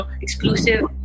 Exclusive